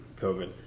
COVID